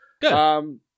Good